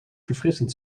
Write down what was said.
verfrissend